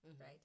right